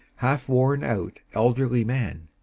half worn-out elderly man,